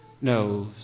knows